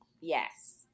Yes